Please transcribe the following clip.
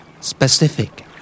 Specific